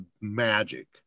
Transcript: magic